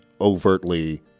overtly